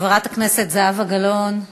חברת הכנסת זהבה גלאון,